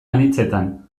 anitzetan